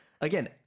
again